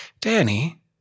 Danny